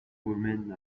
women